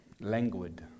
Languid